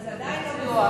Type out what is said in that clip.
אבל זה עדיין לא מספק.